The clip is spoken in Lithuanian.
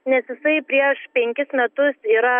nes jisai prieš penkis metus yra